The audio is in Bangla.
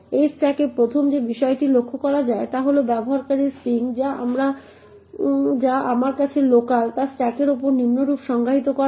এই স্ট্যাকে প্রথম যে বিষয়টি লক্ষ্য করা যায় তা হল যে ব্যবহারকারী স্ট্রিং যা আমার কাছে লোকাল তা স্ট্যাকের উপর নিম্নরূপ সংজ্ঞায়িত করা হয়েছে